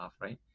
right